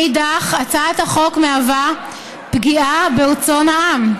מאידך, הצעת החוק מהווה פגיעה ברצון העם.